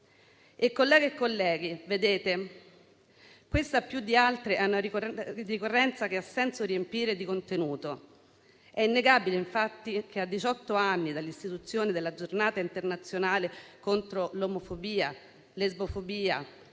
Colleghe e colleghi, questa più di altre è una ricorrenza che ha senso riempire di contenuto. È infatti innegabile che a diciotto anni dall'istituzione della Giornata internazionale contro l'omofobia, la lesbofobia,